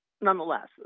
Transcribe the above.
nonetheless